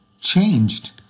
changed